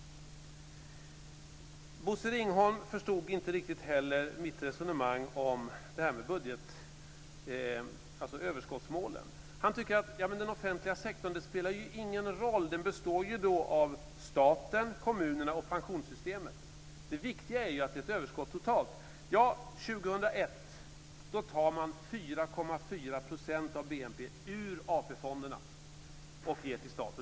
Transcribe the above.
Bosse Ringholm förstod heller inte riktigt mitt resonemang om det här med överskottsmålen. När det gäller den offentliga sektorn tycker han att det inte spelar någon roll. Den består ju av staten, kommunerna och pensionssystemet, och det viktiga är att det är ett överskott totalt. År 2001 tar man 4,4 % av BNP ur AP-fonderna och ger till staten.